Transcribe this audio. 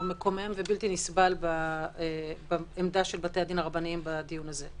מקומם ובלתי נסבל בעמדה של בתי-הדין הרבניים בדיון הזה.